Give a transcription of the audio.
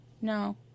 No